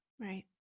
Right